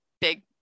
big